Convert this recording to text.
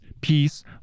Peace